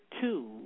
two